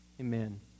Amen